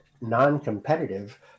non-competitive